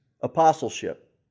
apostleship